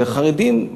והחרדים,